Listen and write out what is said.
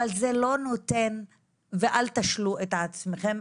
אבל זה לא נותן ואל תשלו את עצמכם.